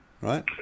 Right